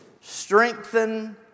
strengthen